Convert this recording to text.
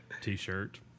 T-shirt